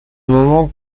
moment